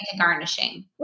garnishing